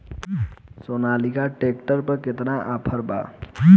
Sonalika tractor पर केतना offer बा?